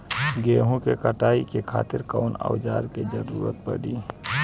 गेहूं के कटाई खातिर कौन औजार के जरूरत परी?